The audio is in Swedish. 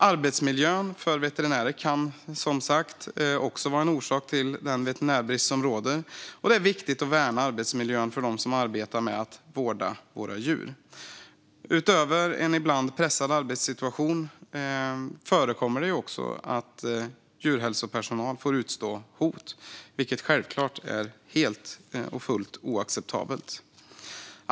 Arbetsmiljön för veterinärer kan som sagt också vara en orsak till den veterinärbrist som råder. Det är viktigt att värna arbetsmiljön för dem som arbetar med att vårda våra djur. Utöver en ibland pressad arbetssituation förekommer det också att djurhälsopersonal får utstå hot, vilket självklart är helt oacceptabelt.